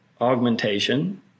augmentation